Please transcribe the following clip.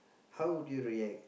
how would you react